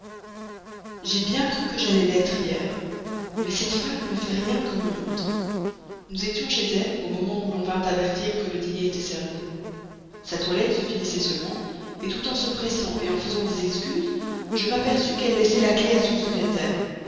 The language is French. j'ai bien cru que j'allais l'être hier mais cette femme ne fait rien comme une autre j'étais chez elle avec mme de rosemonde au moment où on vint avertir que le dîner était servi sa toilette se finissait seulement tout en se pressant en faisant des excuses je m'aperçus qu'elle laissait la clef à son secrétaire